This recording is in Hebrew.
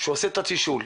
שעושה את התשאול,